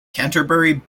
canterbury